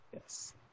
Yes